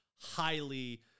highly